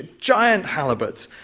giant halibuts,